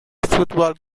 football